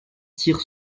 tire